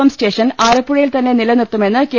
M station ആലപ്പുഴയിൽതന്നെ നിലനിർത്തുമെന്ന് K